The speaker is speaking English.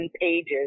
pages